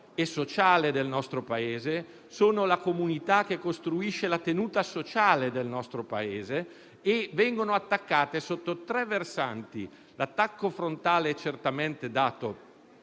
e sociale del Paese e la comunità che costruisce la tenuta sociale del nostro Paese e vengono attaccate da tre versanti. L'attacco frontale è certamente dato